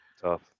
tough